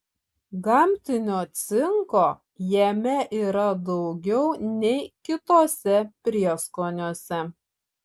gamtinio cinko jame yra daugiau nei kituose prieskoniuose